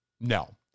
No